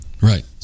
Right